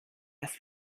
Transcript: dass